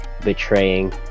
betraying